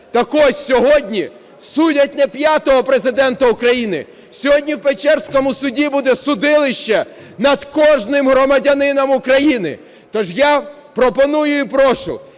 Так ось, сьогодні судять не п'ятого Президента України, сьогодні в Печерському суді буде судилище над кожним громадянином України. То ж я пропоную і прошу,